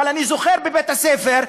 אבל אני זוכר בבית-הספר,